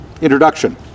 introduction